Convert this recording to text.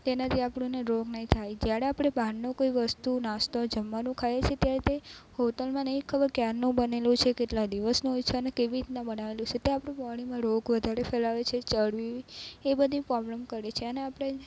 તેનાથી આપણને રોગ નહીં થાય જ્યારે આપણે બહારનું કોઈ વસ્તુ નાસ્તો જમવાનું ખાઈએ છીએ ત્યારે તે હોટલમાં નહીં ખબર કે ક્યારનું બનેલું છે કેટલા દિવસનું હોય છે અને કેવી રીતના બનાવેલું છે તો આપણી બોડીમાં રોગ વધારે ફેલાવે છે ચરબી એ બધી પ્રોબ્લેમ કરે છે અને આપણે